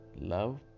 love